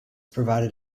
provided